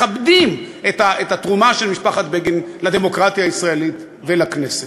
מכבדים את התרומה של משפחת בגין לדמוקרטיה הישראלית ולכנסת.